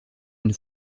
une